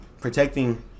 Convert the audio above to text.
protecting